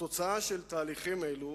התוצאה של תהליכים אלו